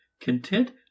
Content